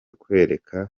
kwereka